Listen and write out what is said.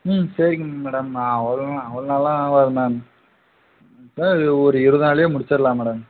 ம் சரிங்க மேடம் அவ்ள அவ்வளோ நாள்லாம் ஆகாது மேம் மேம் இது ஒரு இருபது நாள்ல முடிச்சிடலாம் மேடம்